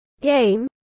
game